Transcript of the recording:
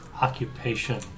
occupation